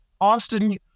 Austin